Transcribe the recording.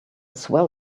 swell